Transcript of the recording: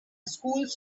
school’s